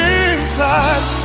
inside